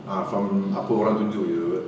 a'ah from apa orang tunjuk jer [pe]